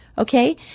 Okay